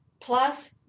plus